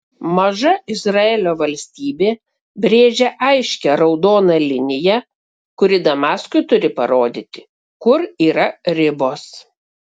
maža izraelio valstybė brėžia aiškią raudoną liniją kuri damaskui turi parodyti kur yra ribos